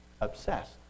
Obsessed